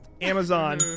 Amazon